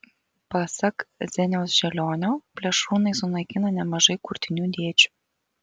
pasak zeniaus želionio plėšrūnai sunaikina nemažai kurtinių dėčių